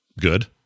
good